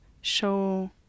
show